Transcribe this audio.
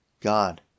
God